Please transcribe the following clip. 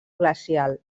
glacial